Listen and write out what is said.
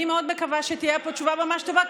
אני מאוד מקווה שתהיה פה תשובה ממש טובה,